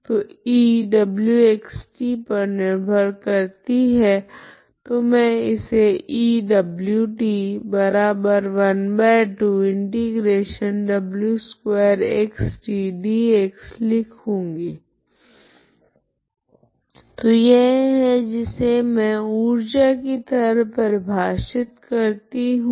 तो E wxt पर निर्भर करती है तो मैं इसे लिखूँगी तो यह है जिसे मैं ऊर्जा की तरह परिभाषित करती हूँ